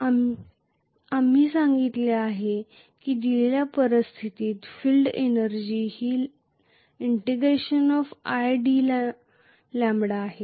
आपण सांगितले की दिलेल्या परिस्थितीत फील्ड एनर्जी ही id आहे